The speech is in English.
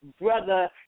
Brother